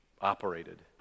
operated